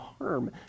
harm